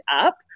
up